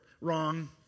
Wrong